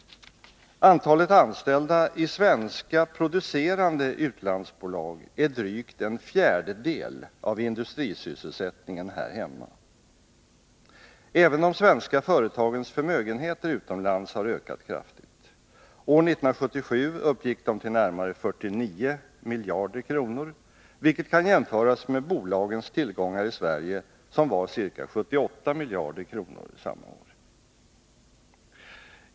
Antalet anställda i svenska producerande utlandsbolag är drygt en fjärdedel av industrisysselsättningen här hemma. Även de svenska företagens förmögenheter utomlands har ökat kraftigt. År 1977 uppgick de till närmare 49 miljarder kronor, vilket kan jämföras med bolagens tillgångar i Sverige som var ca 78 miljarder kronor samma år.